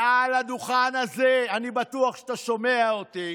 מעל הדוכן הזה, אני בטוח שאתה שומע אותי,